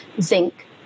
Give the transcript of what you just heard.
zinc